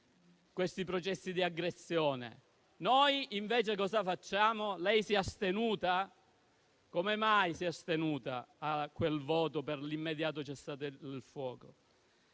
questi processi di aggressione. Noi invece cosa facciamo? Lei si è astenuta. Come mai si è astenuta su quel voto per l'immediato cessate il fuoco?